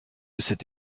cette